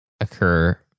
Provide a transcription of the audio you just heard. occur